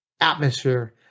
atmosphere